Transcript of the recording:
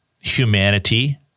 humanity